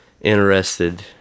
interested